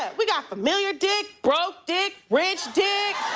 ah we got familiar dick, broke dick, rich dick.